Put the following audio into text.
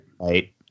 Right